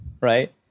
right